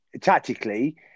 tactically